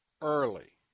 early